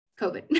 COVID